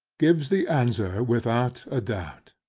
gives the answer without a doubt.